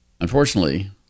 Unfortunately